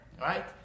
right